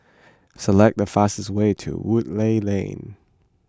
select the fastest way to Woodleigh Lane